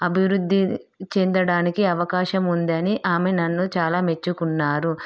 అభివృద్ధి చెందడానికి అవకాశం ఉందని ఆమె నన్ను చాలా మెచ్చుకున్నారు